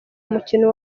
mukino